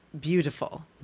beautiful